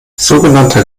sogenannter